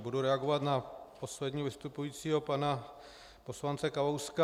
Budu reagovat na posledního vystupujícího, pana poslance Kalouska.